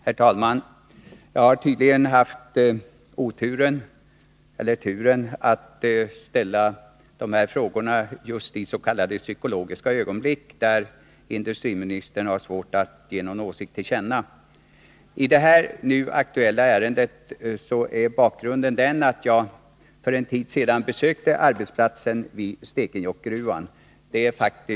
Herr talman! Jag har tydligen haft oturen — eller turen! — att ställa de här frågorna just is.k. psykologiska ögonblick, då industriministern har svårt att ge någon åsikt till känna. I det nu aktuella ärendet är bakgrunden till frågan att jag för ett par månader sedan besökte arbetsplatsen vid Stekenjokkgruvan.